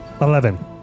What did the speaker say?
Eleven